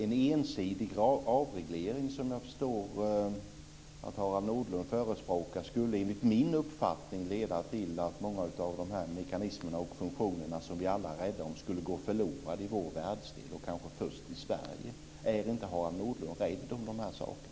En ensidig avreglering, som jag förstår att Harald Nordlund förespråkar, skulle enligt min uppfattning leda till att många av dessa mekanismer och funktioner som vi alla är rädda om skulle gå förlorade i vår världsdel och i världen, och kanske först i Sverige. Är inte Harald Nordlund rädd om de här sakerna?